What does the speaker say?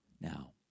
Now